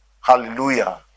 hallelujah